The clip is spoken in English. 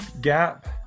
Gap